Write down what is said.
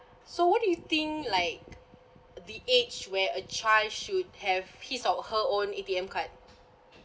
so what do you think like the age where a child should have his or her own A_T_M card